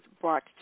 brought